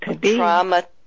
trauma